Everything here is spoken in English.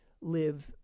live